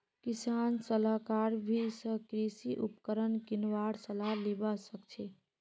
किसान सलाहकार स भी कृषि उपकरण किनवार सलाह लिबा सखछी